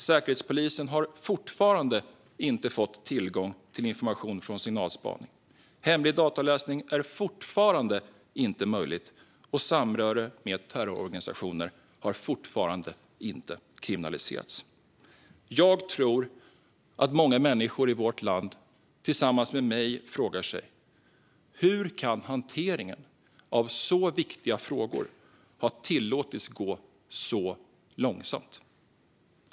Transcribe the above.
Säkerhetspolisen har fortfarande inte fått tillgång till information från signalspaning. Hemlig dataavläsning är fortfarande inte möjlig, och samröre med terrororganisationer har fortfarande inte kriminaliserats. Jag tror att många människor i vårt land tillsammans med mig frågar sig: Hur kan hanteringen av så viktiga frågor ha tillåtits att gå så långsamt?